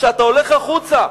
כשאתה הולך החוצה,